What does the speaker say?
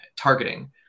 targeting